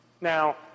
Now